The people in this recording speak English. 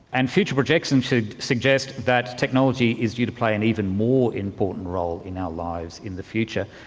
and future projection should suggest that technology is due to play an even more important role in our lives in the future.